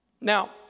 Now